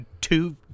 two